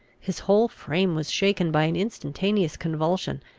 his whole frame was shaken by an instantaneous convulsion,